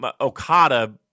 Okada